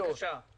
בבקשה.